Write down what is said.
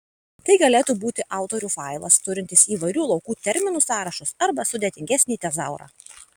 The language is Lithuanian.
tai galėtų būti autorių failas turintis įvairių laukų terminų sąrašus arba sudėtingesnį tezaurą